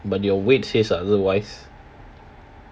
but your weight says otherwise